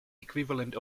equivalent